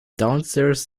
downstairs